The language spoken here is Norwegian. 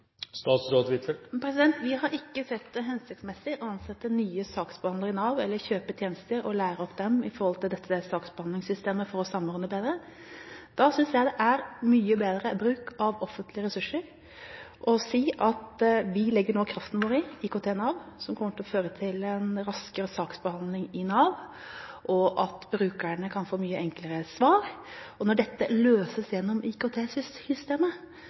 Vi har ikke sett det hensiktsmessig å kjøpe tjenester eller ansette nye saksbehandlere i Nav og lære opp dem i dette saksbehandlingssystemet for å samordne bedre. Da synes jeg det er mye bedre bruk av offentlige ressurser å si at vi nå legger kraften vår i IKT Nav som kommer til å føre til en raskere saksbehandling i Nav, og at brukerne mye enklere kan få svar. Når dette løses gjennom